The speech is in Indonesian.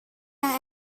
yang